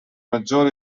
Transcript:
maggior